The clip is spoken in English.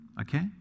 okay